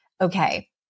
okay